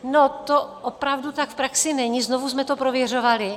No to opravdu tak v praxi není, znovu jsme to prověřovali.